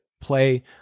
play